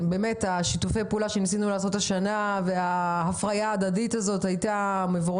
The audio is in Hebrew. שיתופי הפעולה שניסינו לעשות השנה וההפריה ההדדית היו מבורכים.